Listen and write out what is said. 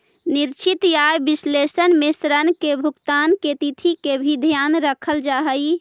निश्चित आय विश्लेषण में ऋण के भुगतान के तिथि के भी ध्यान रखल जा हई